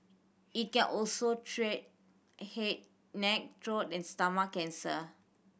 it can also treat head neck throat and stomach cancer